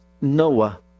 Noah